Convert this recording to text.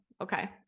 Okay